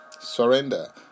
surrender